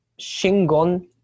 shingon